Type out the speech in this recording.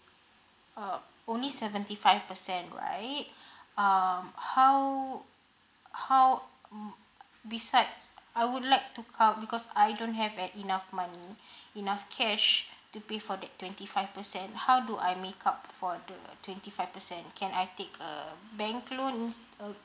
uh only seventy five percent right um how how besides I would like to count because I don't have enough money enough cash to pay for the twenty five percent how do I make up for the twenty five percent can I take a bank loan uh